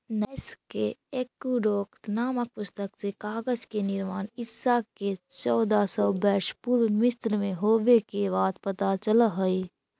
नैश के एकूसोड्स् नामक पुस्तक से कागज के निर्माण ईसा से चौदह सौ वर्ष पूर्व मिस्र में होवे के बात पता चलऽ हई